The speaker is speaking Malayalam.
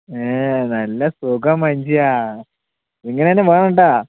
നല്ല സുഖം മനുഷ്യ ഇങ്ങനെതന്നെ വേണം കേട്ടോ